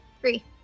Three